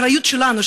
זו אחריות שלנו,